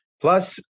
Plus